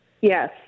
Yes